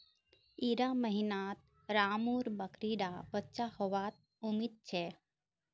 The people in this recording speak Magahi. इड़ा महीनात रामु र बकरी डा बच्चा होबा त उम्मीद छे